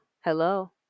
hello